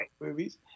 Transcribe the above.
movies